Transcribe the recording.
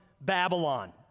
Babylon